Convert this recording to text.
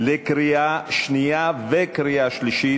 קריאה שנייה וקריאה שלישית.